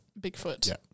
Bigfoot